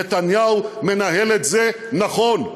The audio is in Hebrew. נתניהו מנהל את זה נכון.